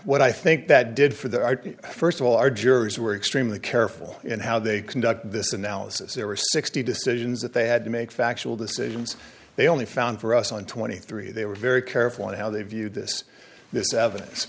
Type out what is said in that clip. what i think that did for the first of all our jurors were extremely careful in how they conduct this analysis there were sixty decisions that they had to make factual decisions they only found for us on twenty three they were very careful on how they view this this evidence